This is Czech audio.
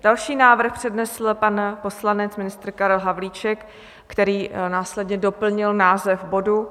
Další návrh přednesl pan poslanec a ministr Karel Havlíček, který následně doplnil název bodu.